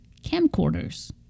camcorders